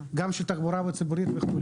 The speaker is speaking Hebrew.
גם של התחבורה הציבורית וכו'.